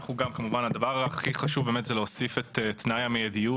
הדבר הכי חשוב זה להוסיף את תנאי המידיות